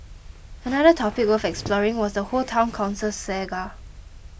another topic worth exploring was the whole Town Council saga